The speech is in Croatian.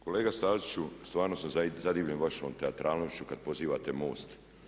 Kolega Staziću, stvarno sam zadivljen vašom teatralnošću kada pozivate MOST.